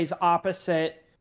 opposite